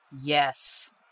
Yes